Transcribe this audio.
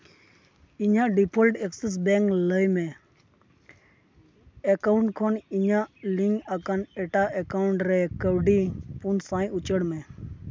ᱤᱧᱟᱹᱜ default access bank ᱞᱟᱹᱭᱤᱢ account ᱠᱷᱚᱱ ᱤᱧᱟᱹᱜ ᱞᱤᱝᱠ ᱟᱠᱟᱱ ᱮᱴᱟᱜ ᱮᱠᱟᱣᱩᱱᱴ ᱨᱮ ᱠᱟᱹᱣᱰᱤ ᱯᱩᱱ ᱥᱟᱭ ᱩᱪᱟᱹᱲ ᱢᱮ